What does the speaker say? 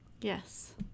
Yes